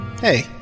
Hey